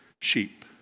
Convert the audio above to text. sheep